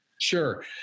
Sure